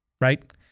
right